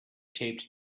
taped